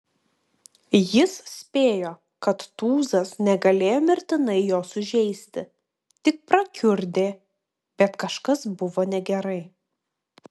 jis spėjo kad tūzas negalėjo mirtinai jo sužeisti tik prakiurdė bet kažkas buvo negerai